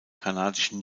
kanadischen